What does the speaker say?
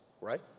right